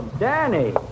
Danny